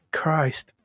christ